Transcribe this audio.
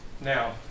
Now